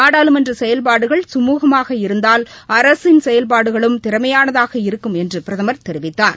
நாடாளுமன்ற செயல்பாடுகள் சுமூகமாக இருந்தால் அரசின் செயல்பாடுகளும் திறமையானதாக இருக்கும் என்று பிரதமர் தெரிவித்தார்